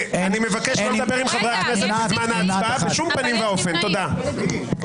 הצבעה לא אושרו.